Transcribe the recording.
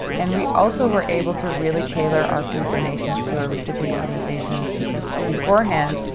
and we also were able to really tailor our food donations to our recipient organisations, because beforehand,